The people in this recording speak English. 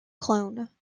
clone